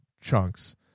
chunks